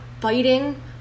fighting